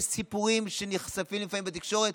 יש סיפורים שנחשפים לפעמים בתקשורת,